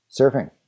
Surfing